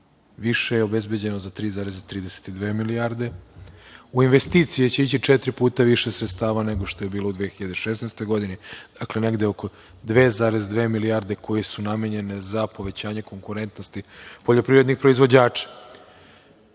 više je obezbeđeno za 3,32 milijarde, u investicije će biti četiri puta više sredstava nego što je bilo u 2016. godini, dakle, negde oko 2,2 milijarde koje su namenjene za povećanje konkurentnosti poljoprivrednih proizvođača.